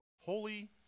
holy